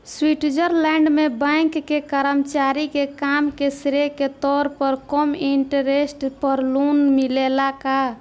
Switzerland में bank के कर्मचारी के काम के श्रेय के तौर पर कम इंटरेस्ट पर लोन मिलेला का?